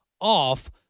off